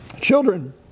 children